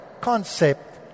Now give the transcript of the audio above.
concept